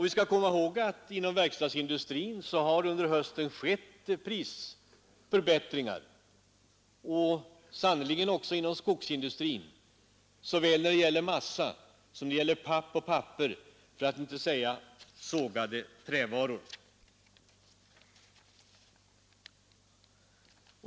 Vi skall komma ihåg att inom verkstadsindustrin har under hösten skett prisförbättringar och också inom skogsindustrin när det gäller såväl massa som papp och papper för att inte säga sågade trävaror.